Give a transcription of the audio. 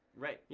right. yeah